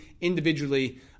individually